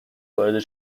وارد